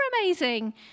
amazing